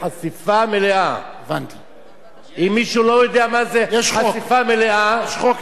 לה שרוולים ארוכים ושרק מלכים ובני מלכים